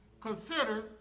consider